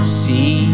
see